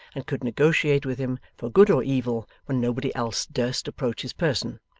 and could negotiate with him, for good or evil when nobody else durst approach his person.